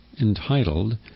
entitled